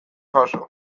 jaso